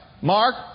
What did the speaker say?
Mark